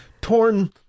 torn